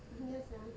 ya sia